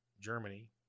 Germany